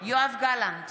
יואב גלנט,